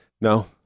no